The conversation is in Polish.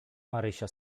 marysia